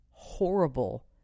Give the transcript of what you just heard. horrible